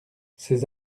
ses